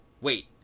Wait